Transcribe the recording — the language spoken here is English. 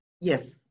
Yes